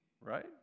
Right